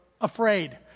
afraid